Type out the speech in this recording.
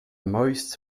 most